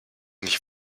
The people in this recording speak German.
nicht